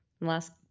last